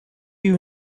you